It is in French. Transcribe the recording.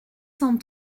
cent